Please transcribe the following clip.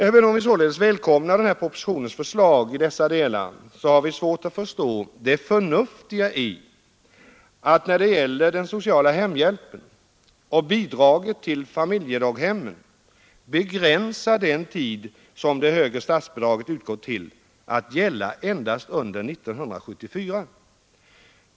Även om vi således välkomnar propositionens förslag i dessa delar har vi svårt att förstå det förnuftiga i att begränsa tiden för dessa statsbidrag så att de endast skall gälla under 1974.